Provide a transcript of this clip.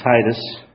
Titus